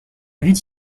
vite